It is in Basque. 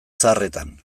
zaharretan